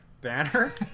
Banner